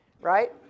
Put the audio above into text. Right